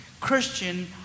Christian